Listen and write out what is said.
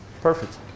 Perfect